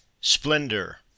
Splendor